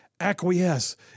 acquiesce